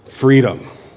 freedom